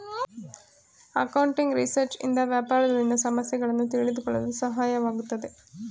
accounting research ಇಂದ ವ್ಯಾಪಾರದಲ್ಲಿನ ಸಮಸ್ಯೆಗಳನ್ನು ತಿಳಿದುಕೊಳ್ಳಲು ಸಹಾಯವಾಗುತ್ತದೆ